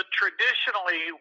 traditionally